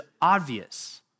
obvious